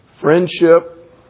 friendship